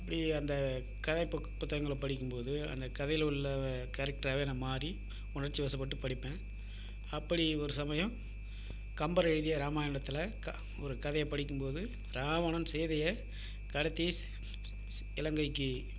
அப்படியே அந்த கதை புக்கு புத்தகங்களை படிக்கும்போது அந்த கதையில் உள்ள கேரக்டராகவே நான் மாறி உணர்ச்சிவசப்பட்டு படிப்பேன் அப்படி ஒரு சமயம் கம்பர் எழுதிய ராமாயணத்தில் க ஒரு கதையை படிக்கும்போது ராவணன் சீதையை கடத்தி இலங்கைக்கு